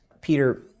Peter